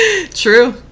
True